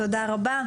תודה רבה.